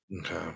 Okay